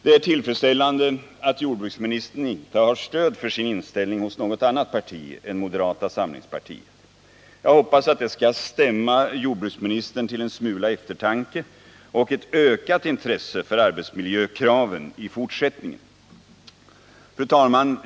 Det är tillfredsställande att jordbruksministern inte har stöd för sin inställning hos något annat parti än moderata samlingspartiet. Jag hoppas att det skall stämma jordbruksministern till en smula eftertanke och ett ökat intresse för arbetsmiljökraven i fortsättningen. Fru talman!